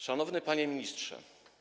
Szanowny Panie Ministrze!